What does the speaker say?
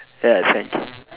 ya exactly